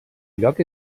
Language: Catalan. lloc